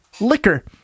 liquor